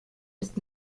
ist